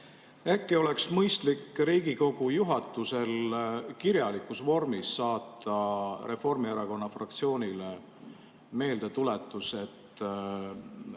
Äkki oleks mõistlik Riigikogu juhatusel kirjalikus vormis saata Reformierakonna fraktsioonile meeldetuletus, et